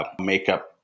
makeup